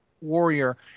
warrior